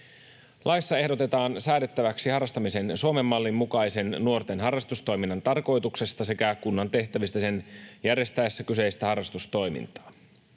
Laissa ehdotetaan säädettäväksi harrastamisen Suomen mallin mukaisen nuorten harrastustoiminnan tarkoituksesta sekä kunnan tehtävistä sen järjestäessä kyseistä harrastustoimintaa.